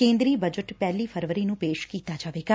ਕੇਦਰੀ ਬਜਟ ਪਹਿਲੀ ਫਰਵਰੀ ਨੂੰ ਪੇਸ਼ ਕੀਤਾ ਜਾਵੇਗਾ